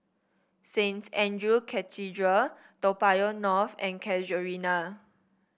Saint Andrew Cathedral Toa Payoh North and Casuarina